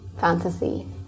fantasy